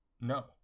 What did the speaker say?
No